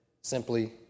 simply